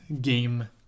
game